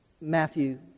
Matthew